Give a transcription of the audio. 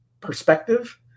perspective